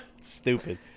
Stupid